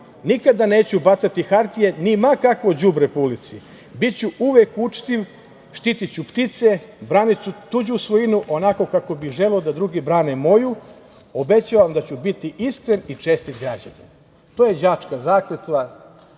nikada neću bacati hartije, ni ma kakvo đubre po ulici, biću uvek učtiv, štitiću ptice, braniću tuđu svojinu, onako kako bih želeo da drugi brane moju. Obećavam da ću biti iskren i čestit građanin“. To je đačka zakletva